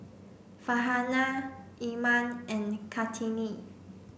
Farhanah Iman and Kartini